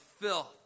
filth